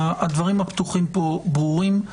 הדברים הפתוחים ברורים,